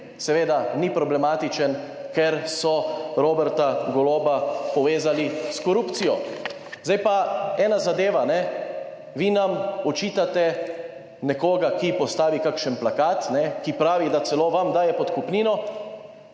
seveda ni problematičen, ker so Roberta Goloba povezali s korupcijo. Zdaj pa ena zadeva, vi nam očitate nekoga, ki postavi kakšen plakat, ki pravi, da celo vam daje podkupnino.